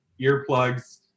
earplugs